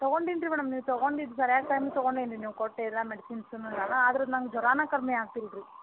ತಗೊಂಡೇನ್ರಿ madam ನೀವು ತಗೊಂಡಿದ್ದು ಸರ್ಯಾದ ಟೈಮ್ಗೆ ತಗೊಂಡೇನೆ ರಿ ನೀವು ಕೊಟ್ಟ ಎಲ್ಲ ಮೆಡಿಸಿನ್ಸುನ್ನು ಎಲ್ಲ ಆದರು ನಂಗೆ ಜ್ವರಾನೆ ಕಮ್ಮಿ ಆಗ್ತಿಲ್ಲ ರೀ